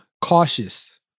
cautious